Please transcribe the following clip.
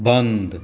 बन्द